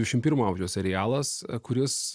dvidešim pirmojo amžiaus serialas kuris